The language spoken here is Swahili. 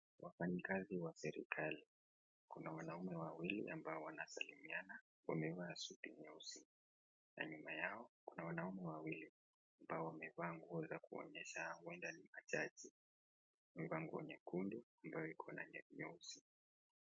Wafanyakazi wa serikali. Kuna wanaume wawili ambao wanasalimiana waevaa suti nyeusi na nyuma yao kuna wanaume wawili, ambao wamevaa nguo za kuonyesha huenda ni majaji. Wamevaa nguo nyekundu ambayo ikona nyeusi.